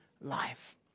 life